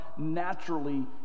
naturally